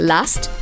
Last